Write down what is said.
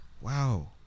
Wow